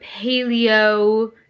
paleo